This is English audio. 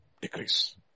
decrease